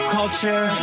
culture